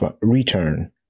return